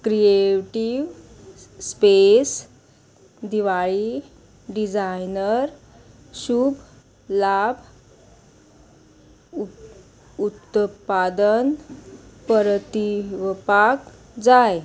creative space Diwali designer शुभ लाभ उत्तपादन परतीवपाक जाय